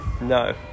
no